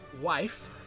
wife